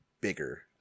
bigger